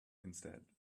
instead